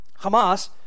Hamas